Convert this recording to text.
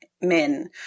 men